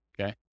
okay